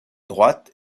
droite